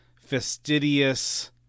fastidious